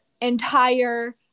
entire